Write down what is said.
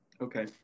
okay